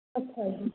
ਅੱਛਾ ਜੀ